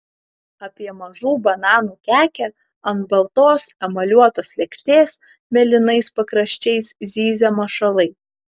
apie mažų bananų kekę ant baltos emaliuotos lėkštės mėlynais pakraščiais zyzia mašalai